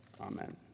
Amen